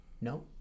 No